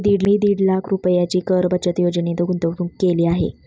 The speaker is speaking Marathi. मी दीड लाख रुपयांची कर बचत योजनेत गुंतवणूक केली आहे